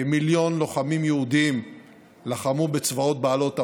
כמיליון לוחמים יהודים לחמו בצבאות בעלות הברית,